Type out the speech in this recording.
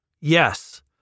Yes